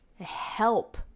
help